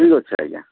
ଠିକ ଅଛି ଆଜ୍ଞା